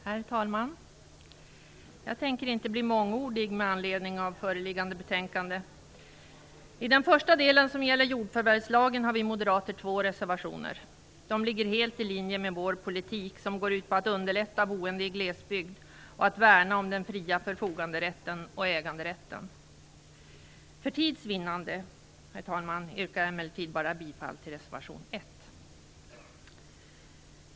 Herr talman! Jag tänker inte bli mångordig med anledning av föreliggande betänkande. I den första delen, som gäller jordförvärvslagen, har vi moderater två reservationer. De ligger helt i linje med vår politik, som går ut på att underlätta boende i glesbygd och på att värna om den fria förfoganderätten och om äganderätten. För tids vinnande, herr talman, yrkar jag emellertid bara bifall till reservation 1.